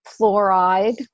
fluoride